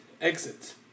exit